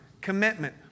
commitment